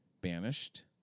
banished